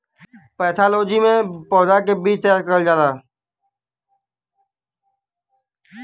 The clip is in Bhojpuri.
पैथालोजी में पौधा के बीज तैयार करल जाला